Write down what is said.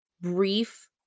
brief